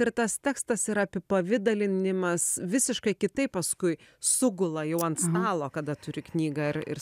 ir tas tekstas ir apipavidalinimas visiškai kitaip paskui sugula jau ant stalo kada turi knygą ir ir